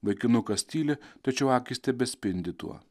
vaikinukas tyli tačiau akys tebespindi tuo